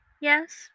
Yes